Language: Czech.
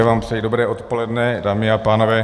Já vám přeji dobré odpoledne, dámy a pánové.